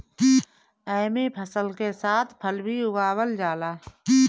एमे फसल के साथ फल भी उगावल जाला